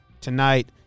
tonight